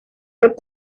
with